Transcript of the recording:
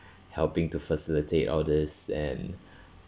helping to facilitate all these and